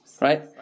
Right